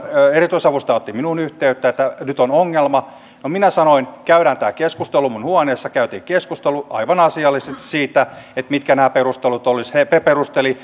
eri tyisavustaja otti minuun yhteyttä että nyt on ongelma no minä sanoin että käydään tämä keskustelu minun huoneessani ja käytiin keskustelu aivan asiallisesti siitä mitkä nämä perustelut olisivat he perustelivat